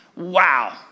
Wow